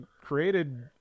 created